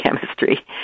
chemistry